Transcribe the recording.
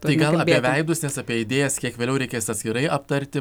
tai gal apie veidus nes apie idėjas kiek vėliau reikės atskirai aptarti